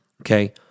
Okay